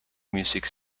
music